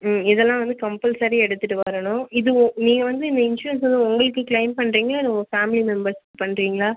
ம் இதெல்லாம் வந்து கம்பல்சரி எடுத்துகிட்டு வரணும் இது ஓ நீங்கள் வந்து இந்த இன்ஷுரன்ஸ் வந்து உங்களுக்கு க்ளைம் பண்ணுறீங்களா இல்லை உங்கள் ஃபேமிலி மெம்பர்ஸ்க்கு பண்ணுறீங்களா